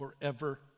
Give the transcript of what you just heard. forever